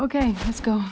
okay let's go